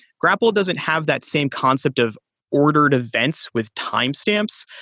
grapl doesn't have that same concept of ordered events with timestamps.